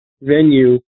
venue